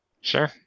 Sure